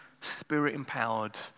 spirit-empowered